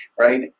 right